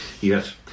Yes